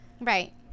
Right